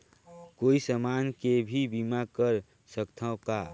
कोई समान के भी बीमा कर सकथव का?